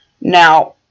Now